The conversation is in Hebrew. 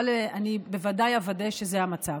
אבל אני בוודאי אוודא שזה המצב.